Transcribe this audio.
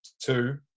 Two